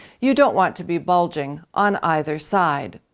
you don't want to be bulging on either side.